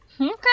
Okay